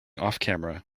offcamera